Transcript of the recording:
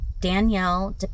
Danielle